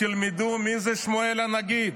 תלמדו מי זה שמואל הנגיד.